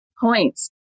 points